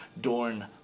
Dorn